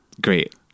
great